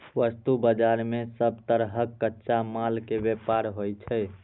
वस्तु बाजार मे सब तरहक कच्चा माल के व्यापार होइ छै